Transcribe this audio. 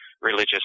religious